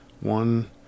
one